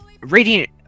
radiant